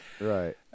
Right